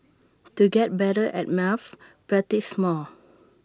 to get better at maths practise more